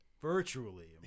Virtually